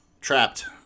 trapped